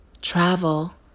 Travel